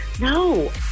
no